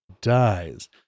dies